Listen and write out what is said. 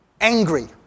angry